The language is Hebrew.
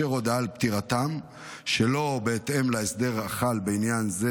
אופן ההודעה על פטירה שאירעה בישראל.